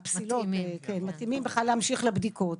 הפסילות מתאימים בכלל להמשיך לבדיקות.